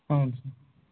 ಹ್ಞೂ ಸರ್